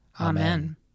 Amen